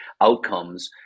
outcomes